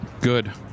Good